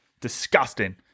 Disgusting